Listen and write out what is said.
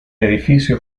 edificio